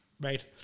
Right